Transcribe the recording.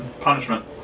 Punishment